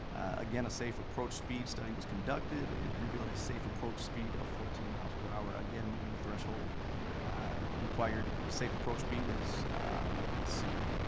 again, a safe approach speed study was conducted. it revealed a safe approach speed of fourteen miles per hour, again meeting the threshold required. the safe approach speed is, let's see.